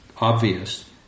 obvious